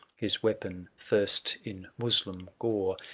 his weapon first in moslem gore,